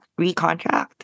Recontract